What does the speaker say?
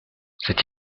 c’est